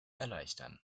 erleichtern